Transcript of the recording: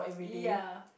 ya